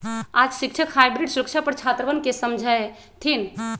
आज शिक्षक हाइब्रिड सुरक्षा पर छात्रवन के समझय थिन